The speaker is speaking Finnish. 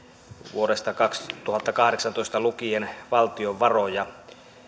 vuodesta kaksituhattakahdeksantoista lukien valtion varoja